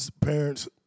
Parents